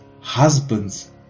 husbands